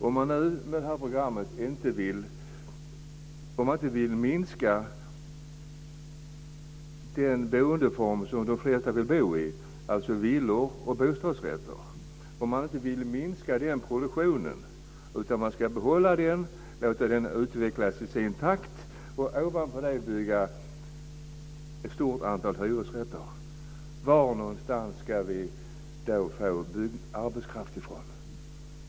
Om man med det här programmet inte vill minska produktionen av den boendeform som de flesta vill bo i, alltså villor och bostadsrätter, utan man ska behålla den, låta den utvecklas i sin takt och utöver det bygga ett stort antal hyresrätter, varifrån ska vi då få byggarbetskraft?